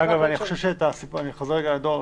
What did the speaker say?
אני חוזר לדואר הרשום.